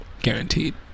Guaranteed